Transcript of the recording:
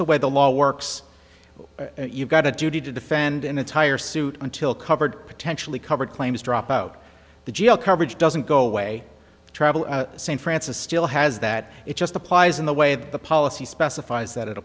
the way the law works you've got a duty to defend an entire suit until covered potentially covered claims drop out the jail coverage doesn't go away travel st francis still has that it just applies in the way that the policy specifies that it